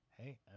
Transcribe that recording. Hey